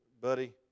Buddy